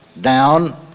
down